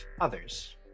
others